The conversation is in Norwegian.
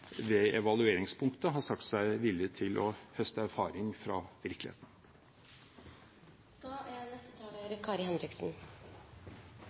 ved evalueringspunktet har sagt seg villig til å høste erfaring fra virkeligheten. Sørlandet er